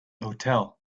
hotel